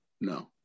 No